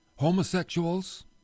Homosexuals